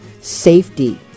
safety